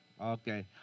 Okay